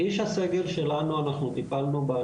באיש הסגל שלנו אנחנו טיפלנו.